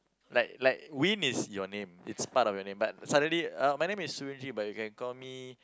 like like Win is your name it's part of your name but suddenly my name is but you can call me